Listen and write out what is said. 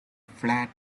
flat